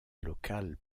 locale